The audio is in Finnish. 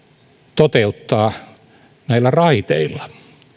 toteuttaa raiteilla